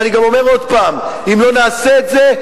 ואני גם אומר עוד פעם: אם לא נעשה את זה,